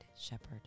shepherd